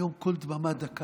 היום, קול דממה דקה.